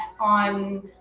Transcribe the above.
on